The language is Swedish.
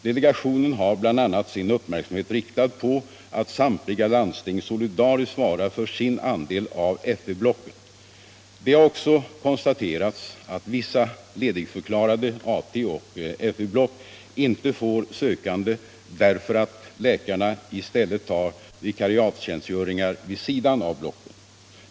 Delegationen har bl.a. sin uppmärksamhet riktad på att samtliga landsting solidariskt svarar för sin andel av FV-blocken. Det har också konstaterats att vissa ledigförklarade AT och FV-block inte får sökande därför att läkarna i stället tar vikariattjänstgöringar vid sidan av blocken.